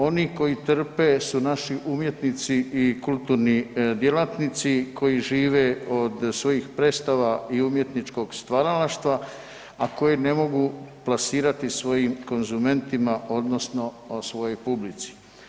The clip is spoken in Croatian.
Oni koji trpe su naši umjetnici i kulturni djelatnici koji žive od svojih predstava i umjetničkog stvaralaštva, a koji ne mogu plasirati svojim konzumentima odnosno svojoj publici.